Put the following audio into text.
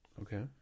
okay